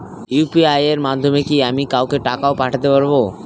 UPI এর মাধ্যমে কি আমি কাউকে টাকা ও পাঠাতে পারবো?